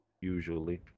usually